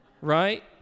right